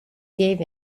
gave